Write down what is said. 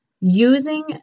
using